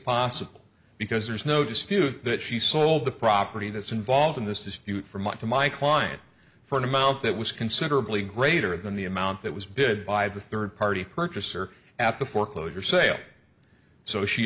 possible because there's no dispute that she sold the property that's involved in this dispute from my to my client for an amount that was considerably greater than the amount that was bid by the third party purchaser at the foreclosure sale so she